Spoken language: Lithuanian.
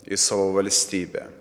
į savo valstybę